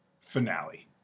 finale